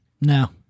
No